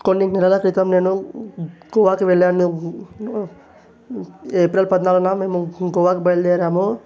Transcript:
కొన్ని నెలల క్రితం నేను గొవాకు వెళ్ళాను ఏప్రెల్ పద్నాలుగున మేము గోవాకు బయల్దేరాము